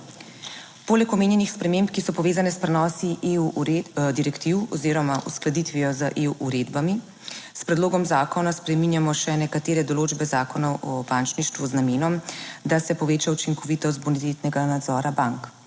Poleg omenjenih sprememb, ki so povezane s prenosi direktiv oziroma uskladitvijo z EU uredbami, s predlogom zakona spreminjamo še nekatere določbe Zakona o bančništvu z namenom, da se poveča učinkovitost bonitetnega nadzora bank.